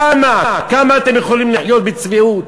כמה, כמה אתם יכולים לחיות בצביעות,